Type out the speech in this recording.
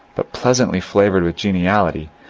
but pleasantly flavoured with geniality,